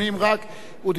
הוא דיבר על התיקונים,